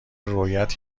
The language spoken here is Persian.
رویت